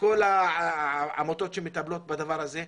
וכל העמותות שמטפלות בדבר הזה,